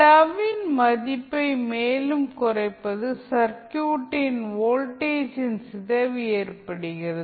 τ இன் மதிப்பை மேலும் குறைப்பது சர்க்யூட்டின் வோல்டேஜின் சிதைவு ஏற்படுகிறது